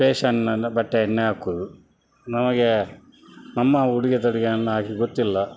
ಪೇಶನ್ನಿನೆಲ್ಲ ಬಟ್ಟೆಯನ್ನೇ ಹಾಕುವುದು ನಮಗೆ ನಮ್ಮ ಉಡುಗೆ ತೊಡುಗೆಯನ್ನು ಹಾಕಿ ಗೊತ್ತಿಲ್ಲ